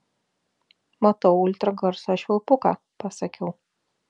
matau ultragarso švilpuką pasakiau